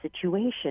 situation